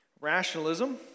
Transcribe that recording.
Rationalism